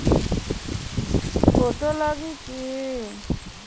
Photo लगी कि?